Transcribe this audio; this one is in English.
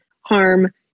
harm